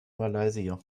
malaysia